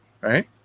right